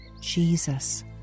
Jesus